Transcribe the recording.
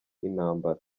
intambara